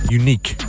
unique